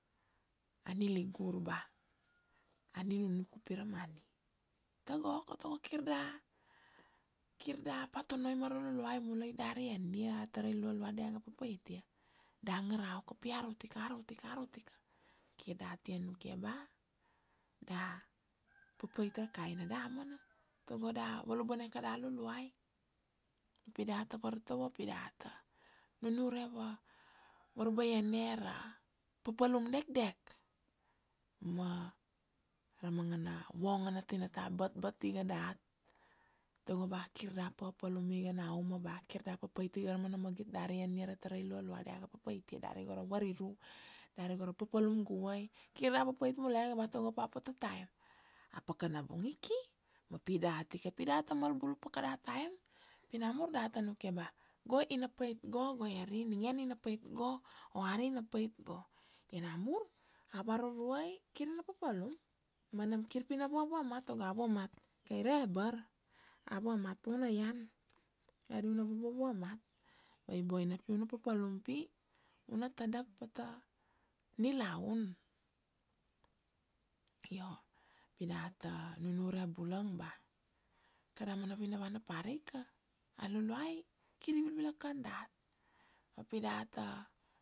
a niligur ba a ninunuk u pi ra money, tago oko tago kir da, kir da pata noi ma ra Luluai mulai dari ania a tarai lualua dia ga papaitia, da ngarau ka pi arut ika, arut ika, arut ika kir da tia nuk ia ba da papait ra kaina damana tago da valubane ke kada Luluai, pi data vartovo pi data nunure va-varbaiane ra papalum dekdek ma ra manga na vongo na tinata batbat iga dat. Tago ba kir da papalum iga na uma ba kir da papait iga ra mana magit dari ania ra tarai lualua dia ga papait ia, dari go ra variru, dari go ra papalum guvai. Kir da papait mulege ba tago pata time, apakana bung i ki ma pi data ika pi data mal bulu pa kada time. Pi na mur data nukia ba go ina pait go goieri, ningene ina pait go, oari ina pait go, io namur Avaruruai kir ina papalum ma nam kir pi na vavamat tago a vamat kai ra ebar, a vamat pa u na ian. Ari u na vavamat ba i boina pi u na papalum pi u na tadap pata nilaun. Io pi data nunure bulang ba kada mana vina vana parika, a Luluai kir i vilvila kan dat ma pi data